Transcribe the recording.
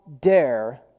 dare